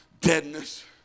deadness